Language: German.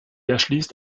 erschließt